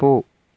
போ